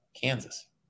Kansas